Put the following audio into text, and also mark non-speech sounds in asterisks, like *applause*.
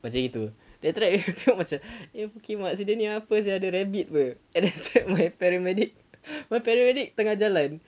macam begitu then after that *laughs* macam eh pukimak ini apa sia ini rabbit [pe] and then after that my paramedic *laughs* my paramedic tengah jalan